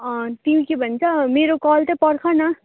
तिमी के भन्छ मेरो कल चाहिँ पर्खन